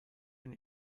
with